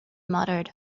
muttered